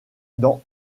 dans